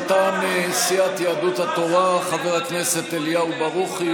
מטעם סיעת יהדות התורה, חבר הכנסת אליהו ברוכי.